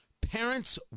parents